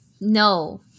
No